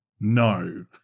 No